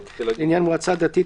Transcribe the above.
(3) לעניין מועצה דתית,